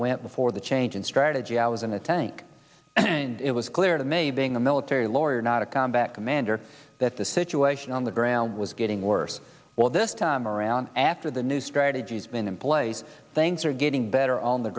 went before the change in strategy i was in the tank and it was clear to me being a military lawyer not a combat commander that the situation on the ground was getting worse all this time around after the new strategy has been in place things are getting better on the